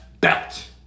belt